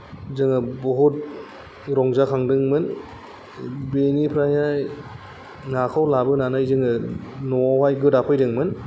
जोङो बहुत रंजाखांदोंमोन बेनिफ्रायनो नाखौ लाबोनानै जोङो न'आवहाय गोदाफैदोंमोन